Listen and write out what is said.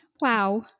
Wow